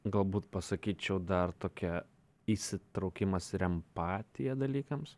galbūt pasakyčiau dar tokia įsitraukimas ir empatija dalykams